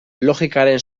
logikaren